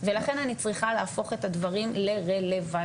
ולכן אני צריכה להפוך את הדברים לרלוונטיים,